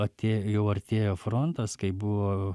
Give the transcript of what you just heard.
atėjo jau artėjo frontas kai buvo